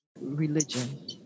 religion